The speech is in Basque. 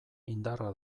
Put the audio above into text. indarra